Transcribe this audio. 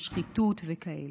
לשחיתות וכאלה.